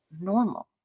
normal